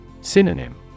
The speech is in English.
Synonym